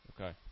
Okay